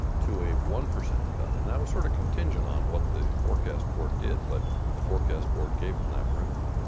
to a one percent cut. and that was sort of contingent on what the forecast board did, but the forecast board gave them that room.